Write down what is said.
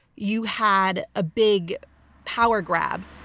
you had a big power grab,